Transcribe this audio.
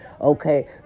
Okay